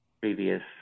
previous